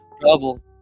Double